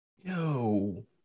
Yo